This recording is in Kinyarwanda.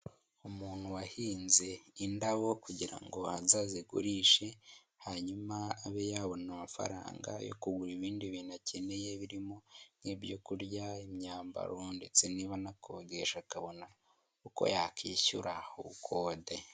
Umuntu wahinze indabo kugira ngo ngo azazigurishe, hanyuma abe yabona amafaranga yo kugura ibindi bintu akeneye birimo nk'ibyo kurya, imyambaro ndetse niba anakodesha akabona uko yakwishyura ubukode.